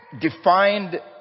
defined